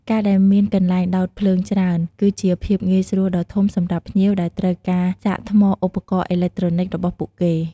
ការដែលមានកន្លែងដោតភ្លើងច្រើន គឺជាភាពងាយស្រួលដ៏ធំសម្រាប់ភ្ញៀវដែលត្រូវការសាកថ្មឧបករណ៍អេឡិចត្រូនិចរបស់ពួកគេ។